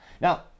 Now